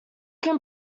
can